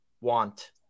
want